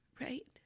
right